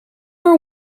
are